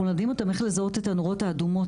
אנחנו מלמדים אותם איך לזהות את הנורות האדומות